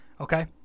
Okay